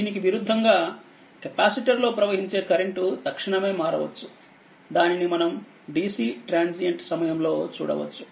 దీనికి విరుద్ధంగా కెపాసిటర్ లో ప్రవహించే కరెంట్ తక్షణమే మారవచ్చు దానిని మనము DC ట్రాన్సియెంట్ సమయం లో చూడవచ్చు